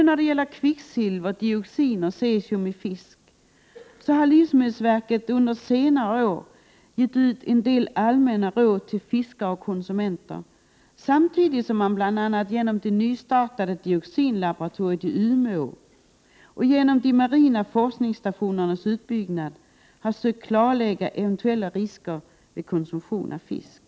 När det gäller såväl kvicksilver som dioxin och cesium i fisk har livsmedelsverket under senare år gett ut en del allmänna råd till fiskare och konsumenter, samtidigt som man bl.a. genom det nystartade dioxinlaboratoriet i Umeå och genom de marina forskningsstationernas utbyggnad söker kartlägga eventuella risker vid konsumtion av fisk.